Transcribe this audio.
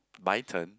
my turn